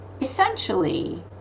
essentially